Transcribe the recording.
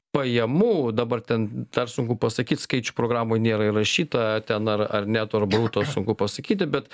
pajamų dabar ten dar sunku pasakyt skaičių programoj nėra įrašyta ten ar ar neto ar bruto sunku pasakyti bet